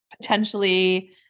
potentially